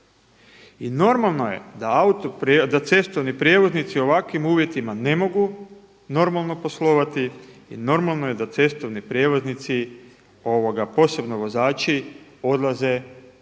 I normalno je da cestovni prijevoznici u ovakvim uvjetima ne mogu normalno poslovati i normalno je da cestovni prijevoznici posebno vozači odlaze tražiti